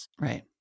Right